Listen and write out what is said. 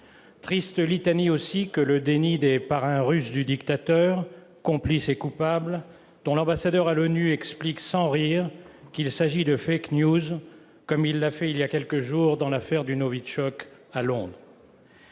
Triste litanie aussi que le déni des parrains russes du dictateur, complices et coupables, dont l'ambassadeur à l'ONU explique sans rire qu'il s'agit de, comme il l'a fait il y a quelques jours dans l'affaire du Novitchok à Londres.